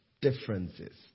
differences